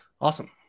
Awesome